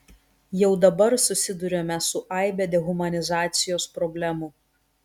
jau dabar susiduriame su aibe dehumanizacijos problemų